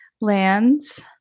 lands